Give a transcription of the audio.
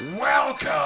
Welcome